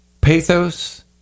pathos